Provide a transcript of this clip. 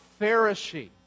pharisee